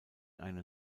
eine